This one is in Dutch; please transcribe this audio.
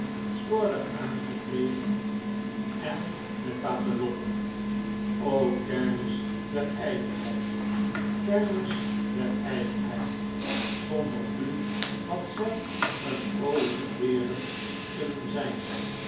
slordig aangekleed en met papillotten o kermis der ijdelheid kermis der ijdelheid zonder u had zij een vroolijke deern kunnen zijn